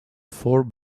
four